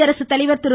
குடியரசுத்தலைவர் திரு